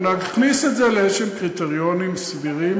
נכניס את זה לאיזשהם קריטריונים סבירים.